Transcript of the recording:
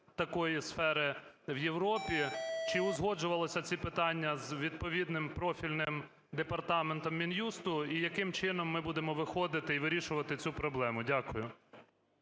такої сфери в Європі? Чи узгоджувалися ці питання з відповідним профільним департаментом Мін'юсту і яким чином ми будемо виходити і вирішувати цю проблему? Дякую.